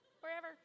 wherever